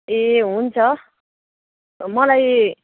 ए हुन्छ मलाई